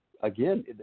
again